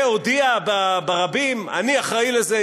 והודיע ברבים: אני אחראי לזה,